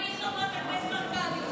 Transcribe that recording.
אני חברת הכנסת הרכבי,